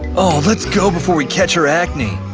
oh let's go before we catch her acne!